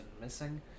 missing